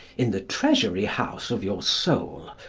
in the treasury-house of your soul,